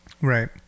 Right